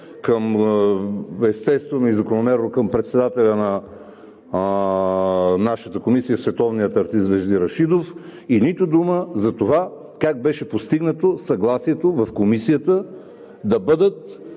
естествено и закономерно към председателя на нашата комисия световния артист Вежди Рашидов и нито дума за това как беше постигнато съгласието в Комисията да бъдат